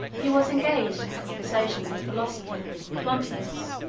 he was engaged in conversation with the philosopher plotinus,